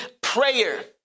prayer